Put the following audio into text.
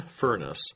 furnace